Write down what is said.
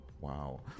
wow